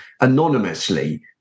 anonymously